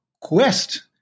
quest